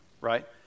right